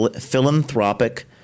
philanthropic